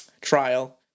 trial